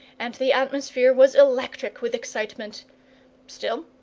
and the atmosphere was electric with excitement still,